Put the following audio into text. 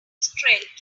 stretch